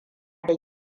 da